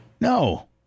No